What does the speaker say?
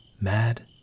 Mad